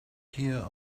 here